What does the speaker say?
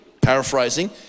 paraphrasing